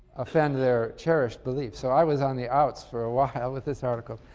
offend their cherished beliefs, so i was on the outs for a while with this article.